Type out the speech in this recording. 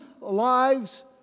lives